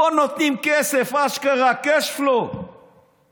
פה נותנים כסף, אשכרה cash flow מהציבור,